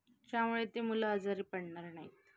त्यामुळे ते मुलं आजारी पडणार नाही आहेत